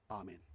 Amen